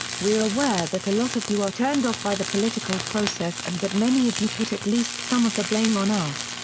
we're aware that a lot of you are turned off by the political process and that many of you put at least some of the blame on us,